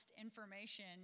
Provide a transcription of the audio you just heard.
information